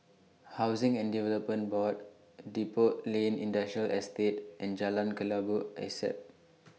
Housing and Development Board Depot Lane Industrial Estate and Jalan Kelabu Asap